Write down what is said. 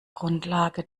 grundlage